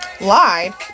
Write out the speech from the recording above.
lied